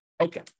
okay